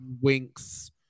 Winks